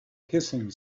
hissing